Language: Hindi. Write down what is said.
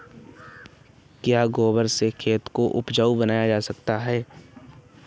क्या गोबर से खेती को उपजाउ बनाया जा सकता है?